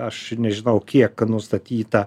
aš nežinau kiek nustatyta